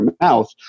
mouth